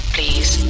Please